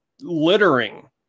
littering